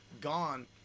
gone